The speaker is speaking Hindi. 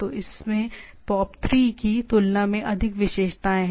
तो इसमें POP3 की तुलना में अधिक विशेषताएं हैं